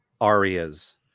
arias